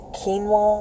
quinoa